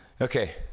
Okay